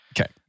Okay